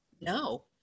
No